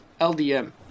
LDM